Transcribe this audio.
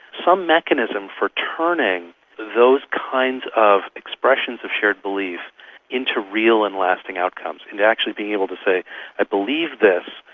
some mechanism for turning those kinds of expressions of shared beliefs into real and lasting outcomes, into actually being able to say i believe this,